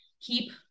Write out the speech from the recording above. keep